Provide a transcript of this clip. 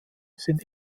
sind